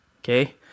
Okay